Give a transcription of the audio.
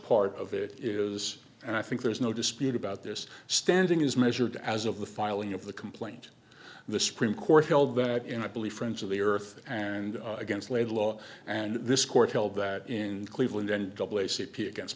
part of it is and i think there's no dispute about this standing is measured as of the filing of the complaint the supreme court held that in i believe friends of the earth and against laidlaw and this court held that in cleveland and double a c p against